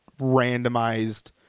randomized